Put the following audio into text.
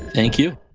thank you.